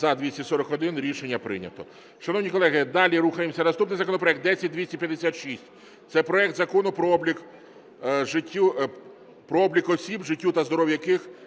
За-241 Рішення прийнято. Шановні колеги, далі рухаємося. Наступний законопроект 10256. Це проект Закону про облік осіб, життю та здоров’ю яких